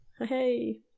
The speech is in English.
Hey